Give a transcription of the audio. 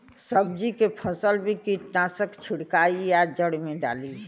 सब्जी के फसल मे कीटनाशक छिड़काई या जड़ मे डाली?